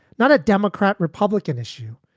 not a democrat republican issue.